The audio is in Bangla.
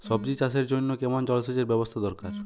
সবজি চাষের জন্য কেমন জলসেচের ব্যাবস্থা দরকার?